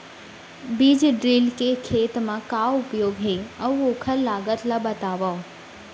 बीज ड्रिल के खेत मा का उपयोग हे, अऊ ओखर लागत ला बतावव?